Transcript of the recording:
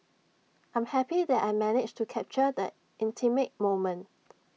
I'm happy that I managed to capture the intimate moment